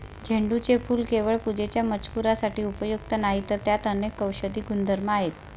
झेंडूचे फूल केवळ पूजेच्या मजकुरासाठी उपयुक्त नाही, तर त्यात अनेक औषधी गुणधर्म आहेत